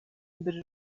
mbere